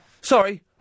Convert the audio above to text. Sorry